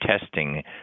testing